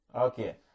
Okay